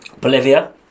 Bolivia